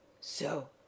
So